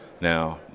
Now